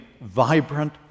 vibrant